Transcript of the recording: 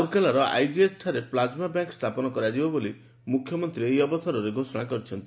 ରାଉରକେଲାର ଆଇଜିଏଚ୍ଠାରେ plasma bank ସ୍ଥାପନ କରାଯିବ ବୋଲି ମୁଖ୍ୟମନ୍ତୀ ଏହି ଅବସରରେ ଘୋଷଣା କରିଛନ୍ତି